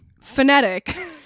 phonetic